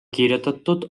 kirjutatud